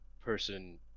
person